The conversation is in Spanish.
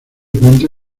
cuenta